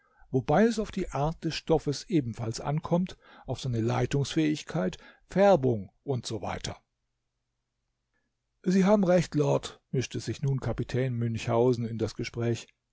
wobei es auf die art des stoffes ebenfalls ankommt auf seine leitungsfähigkeit färbung und so weiter sie haben recht lord mischte sich nun kapitän münchhausen in das gespräch